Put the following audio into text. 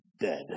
dead